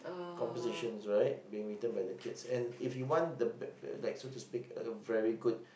compositions right being written by the kids and if you want the best uh like so to speak the very good